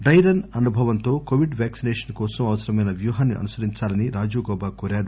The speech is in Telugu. డ్రె రన్ అనుభవంతో కొవిడ్ వ్యాక్సినేషన్ కోసం అవసరమైన వ్యూహాన్ని అనుసరించాలని రాజీవ్ గౌబా కోరారు